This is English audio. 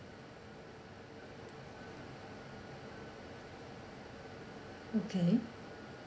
okay